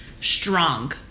strong